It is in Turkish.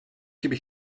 gibi